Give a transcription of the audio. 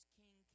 king